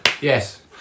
Yes